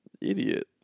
idiot